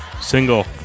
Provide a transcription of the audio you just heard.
single